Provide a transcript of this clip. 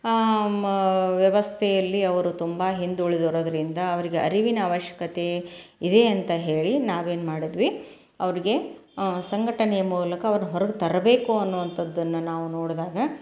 ಮ ವ್ಯವಸ್ಥೆಯಲ್ಲಿ ಅವರು ತುಂಬ ಹಿಂದುಳಿದಿರೋದರಿಂದ ಅವ್ರಿಗೆ ಅರಿವಿನ ಅವಶ್ಯಕತೆ ಇದೆ ಅಂತ ಹೇಳಿ ನಾವೇನು ಮಾಡಿದ್ವಿ ಅವ್ರಿಗೆ ಸಂಘಟನೆಯ ಮೂಲಕ ಅವ್ರ್ನ ಹೊರಗೆ ತರಬೇಕು ಅನ್ನುವಂಥದ್ದನ್ನು ನಾವು ನೋಡಿದಾಗ